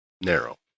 narrow